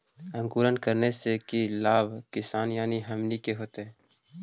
अंकुरण करने से की लाभ किसान यानी हमनि के होतय?